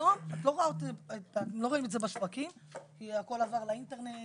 היום אתם לא רואים את זה בשווקים כי הכול עבר לאינטרנט